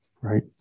right